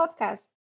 podcast